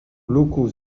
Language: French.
locaux